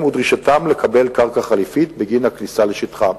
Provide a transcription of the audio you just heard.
ודרישתם לקבל קרקע חליפית בגין הכניסה לשטחם.